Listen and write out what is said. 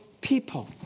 people